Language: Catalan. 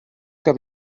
que